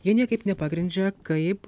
jie niekaip nepagrindžia kaip